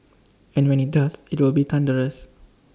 and when IT does IT will be thunderous